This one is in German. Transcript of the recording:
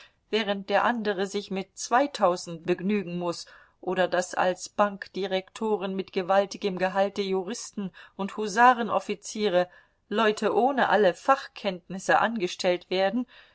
während der andere sich mit zweitausend begnügen muß oder daß als bankdirektoren mit gewaltigem gehalte juristen und husarenoffiziere leute ohne alle fachkenntnisse angestellt werden